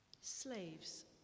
slaves